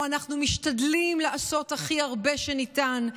או: אנחנו משתדלים לעשות הכי הרבה שניתן,